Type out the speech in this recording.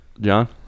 John